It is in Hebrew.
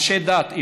אנשי דת,